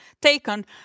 taken